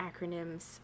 acronyms